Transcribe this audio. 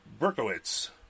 Berkowitz